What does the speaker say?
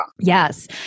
Yes